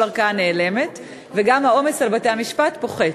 ערכאה נעלמת וגם העומס על בתי-המשפט פוחת.